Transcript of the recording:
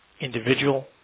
individual